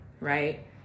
right